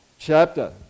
chapter